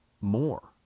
more